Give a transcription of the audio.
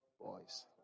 boys